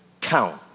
count